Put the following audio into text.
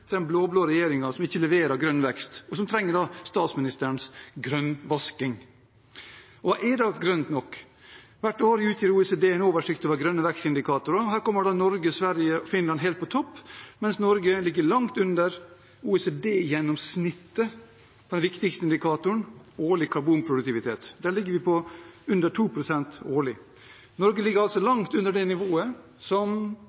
spesielt den blå-blå regjeringens næringspolitikk som ikke leverer grønn vekst, og som trenger statsministerens grønnvasking. Og hva er så «grønt nok»? Hvert år utgir OECD en oversikt over grønne vekstindikatorer. Her kommer Danmark, Sverige og Finland helt på topp, mens Norge ligger langt under OECD-gjennomsnittet på den viktigste indikatoren: årlig karbonproduktivitet. Der ligger vi på under 2 pst. årlig. Norge ligger altså langt under det nivået som